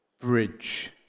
Bridge